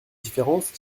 différence